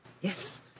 yes